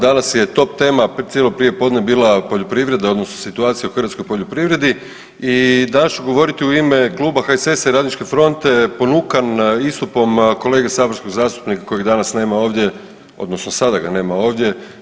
Danas je top tema cijelo prije podne bila poljoprivreda, odnosno situacija u hrvatskoj poljoprivredi i danas ću govoriti u ime kluba HSS-a i Radničke fronte ponukan istupom kolege saborskog zastupnika kojeg danas nema ovdje, odnosno sada ga nema ovdje.